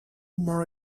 more